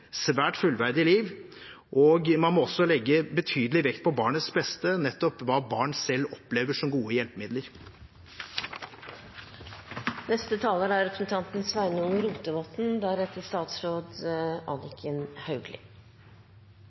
man kan leve fullverdige liv. Man må også legge betydelig vekt på barnets beste og nettopp hva barn selv opplever som gode